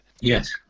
Yes